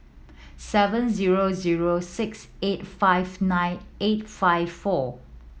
seven zero zero six eight five nine eight five four